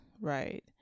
right